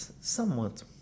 somewhat